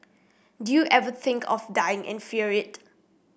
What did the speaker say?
do you ever think of dying and fear it